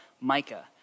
Micah